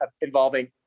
involving